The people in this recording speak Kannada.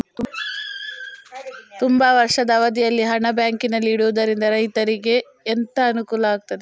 ತುಂಬಾ ವರ್ಷದ ಅವಧಿಯಲ್ಲಿ ಹಣ ಬ್ಯಾಂಕಿನಲ್ಲಿ ಇಡುವುದರಿಂದ ರೈತನಿಗೆ ಎಂತ ಅನುಕೂಲ ಆಗ್ತದೆ?